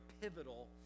pivotal